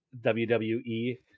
WWE